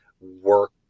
work